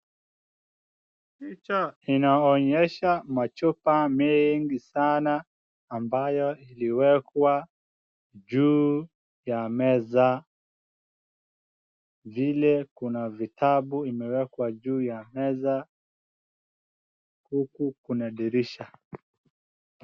Picha inaonyesha machupa mengi sana ambayo imewekwa juu ya meza. Vile kuna vitabu imewekwa juu ya meza huku kuna dirisha.